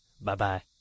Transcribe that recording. Bye-bye